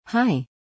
Hi